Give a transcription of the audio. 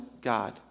God